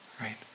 right